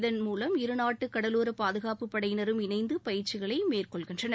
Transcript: இதன் மூலம் இருநாட்டு கடலோர பாதுகாப்பு படையினரும் இணைந்து பயிற்சிகளை மேற்கொள்ளகின்றனர்